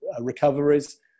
recoveries